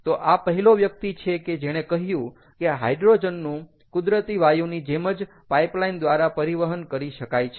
તો આ પહેલો વ્યક્તિ છે કે જેણે કહ્યું કે હાઇડ્રોજનનું કુદરતી વાયુની જેમ જ પાઇપલાઇન દ્વારા પરિવહન કરી શકાય છે